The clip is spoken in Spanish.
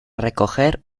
recoger